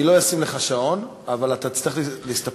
לא אשים לך אבל תצטרך להסתפק בעשר דקות.